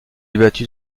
débattue